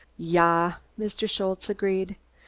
yah, mr. schultze agreed.